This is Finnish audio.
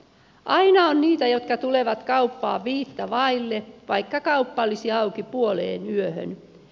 aina on niitä jotka tulevat kauppaan viittä vaille vaikka kauppa olisi auki puoleenyöhön